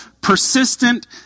persistent